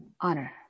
honor